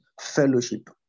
fellowship